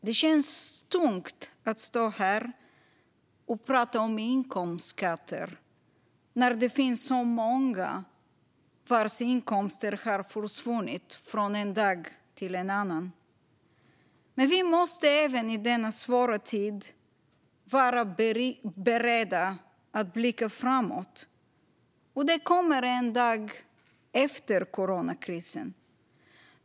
Det känns tungt att stå här och tala om inkomstskatter när det finns så många vars inkomster har försvunnit från en dag till en annan. Men vi måste även i denna svåra tid vara beredda att blicka framåt, och det kommer en dag efter coronakrisen.